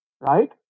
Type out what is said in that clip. right